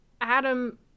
Adam